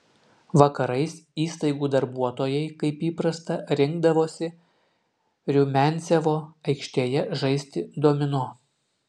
vakarais įstaigų darbuotojai kaip įprasta rinkdavosi rumiancevo aikštėje žaisti domino